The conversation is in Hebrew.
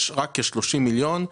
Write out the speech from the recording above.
יש רק כ-30 מיליון,